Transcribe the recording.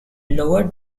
lower